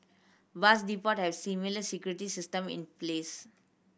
bus depot have similar security system in place